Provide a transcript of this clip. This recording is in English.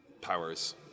powers